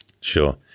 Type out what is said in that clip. Sure